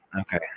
okay